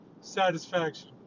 satisfaction